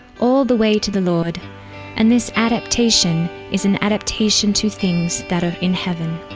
all the way to the lord and this adaptation is an adaptation to things that are in heaven.